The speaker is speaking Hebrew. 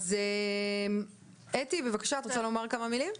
אתי עטייה, בבקשה, את רוצה לומר כמה מילים?